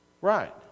Right